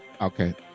Okay